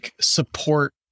support